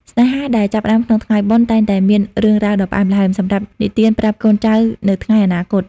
ស្នេហាដែលចាប់ផ្ដើមក្នុងថ្ងៃបុណ្យ តែងតែមាន "រឿងរ៉ាវដ៏ផ្អែមល្ហែម" សម្រាប់និទានប្រាប់កូនចៅនៅថ្ងៃអនាគត។